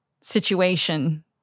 situation